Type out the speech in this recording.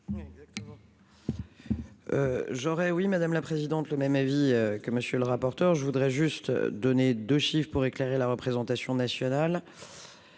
J'aurais oui, madame la présidente, le même avis que monsieur le rapporteur, je voudrais juste donner de chiffre pour éclairer la représentation nationale,